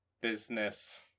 business